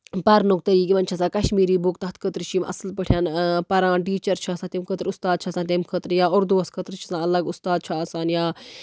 پَرنُک طٔریٖقہٕ یِمن چھےٚآسان کَشمیٖرِ بُک تَتھ خٲطرٕ چھِ یِم اَصٕل پٲٹھۍ پَران ٹیٖچر چھُ آسان تَمہِ خٲطرٕ اُستاد چھُ آسان تَمہِ خٲطرٕ یا اردو وس خٲطرٕ چھُ آسان اَلگ اُستاد چھُ آسان یا